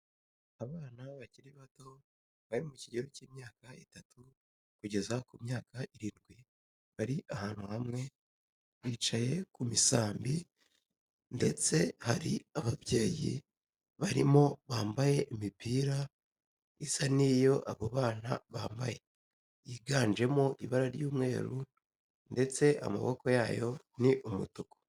Abana bakiri bato bari mu kigero cy'imyaka itatu kugeza ku myaka irindwi bari ahantu hamwe, bicaye ku misambi ndetse hari ababyeyi babarimo bambaye imipira isa n'iyo abo bana bambaye yiganjemo ibara ry'umweru ndetse amaboko yayo ni umutuku.